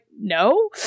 no